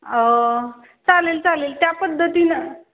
चालेल चालेल त्या पद्धतीनं